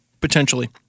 potentially